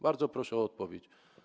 Bardzo proszę o odpowiedź.